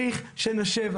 שצריך שנשב,